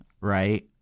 right